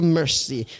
mercy